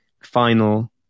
final